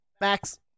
Max